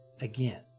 again